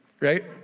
Right